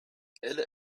elles